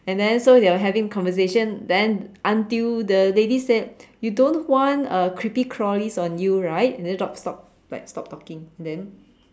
and then so they were having conversation then until the lady said you don't want uh creepy crawlies on you right and the dog stopped like stopped talking and then